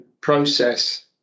process